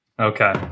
Okay